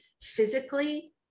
physically